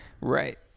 right